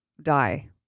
Die